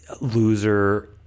loser